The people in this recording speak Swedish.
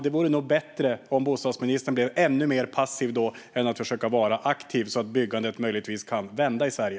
Det vore nog bättre om bostadsministern blev ännu mer passiv i stället för att försöka vara aktiv, så att byggandet möjligtvis kan vända i Sverige.